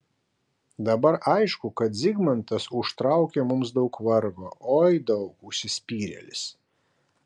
dabar aišku kad zigmantas užtraukė mums daug vargo oi daug užsispyrėlis